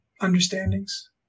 understandings